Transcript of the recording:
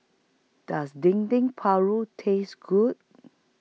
Does Dendeng Paru Taste Good